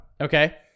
Okay